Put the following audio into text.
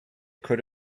could